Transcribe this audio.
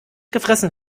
gefressen